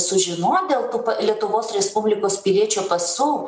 sužinot dėl tų lietuvos respublikos piliečio pasų